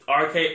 RK